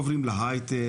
עוברים להייטק,